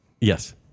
Yes